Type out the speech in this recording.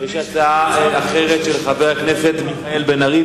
יש הצעה אחרת, של חבר הכנסת מיכאל בן-ארי.